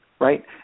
right